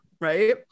Right